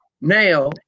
Now